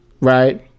right